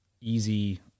easy